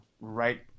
right